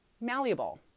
malleable